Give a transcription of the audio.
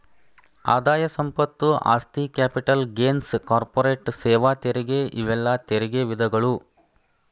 ಆದಾಯ ಸಂಪತ್ತು ಆಸ್ತಿ ಕ್ಯಾಪಿಟಲ್ ಗೇನ್ಸ್ ಕಾರ್ಪೊರೇಟ್ ಸೇವಾ ತೆರಿಗೆ ಇವೆಲ್ಲಾ ತೆರಿಗೆ ವಿಧಗಳು